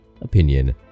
opinion